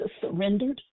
surrendered